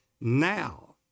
now